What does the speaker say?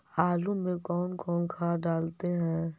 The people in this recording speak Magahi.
आलू में कौन कौन खाद डालते हैं?